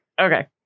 Okay